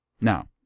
Now